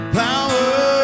power